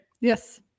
Yes